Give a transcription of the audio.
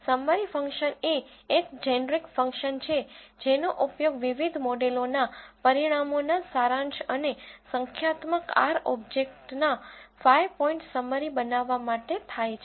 summary function એ એક generic function છે જેનો ઉપયોગ વિવિધ મોડેલોના પરિણામોના સારાંશ અને સંખ્યાત્મક R ઓબ્જેક્ટ ના 5 પોઇન્ટ સમ્મરી બનાવવા માટે થાય છે